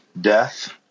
death